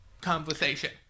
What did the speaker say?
conversation